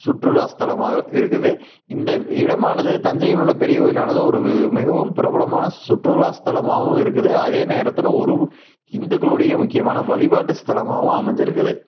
சுற்றுலாஸ்தலமாக இருக்குது இந்த இடமானது தஞ்சையிலுள்ள பெரிய கோயிலானது ஒரு மிகவும் பிரபலமான சுற்றுலாஸ்தலமாகவும் இருக்குது அதே நேரத்தில் ஒரு இந்துக்களுடைய முக்கியமான வழிபாட்டு ஸ்தலமாகவும் அமைஞ்சிருக்குது